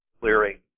clearing